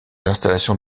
installations